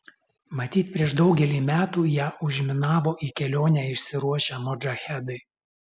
matyt prieš daugelį metų ją užminavo į kelionę išsiruošę modžahedai